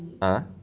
ah